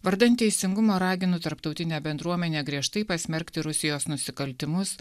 vardan teisingumo raginu tarptautinę bendruomenę griežtai pasmerkti rusijos nusikaltimus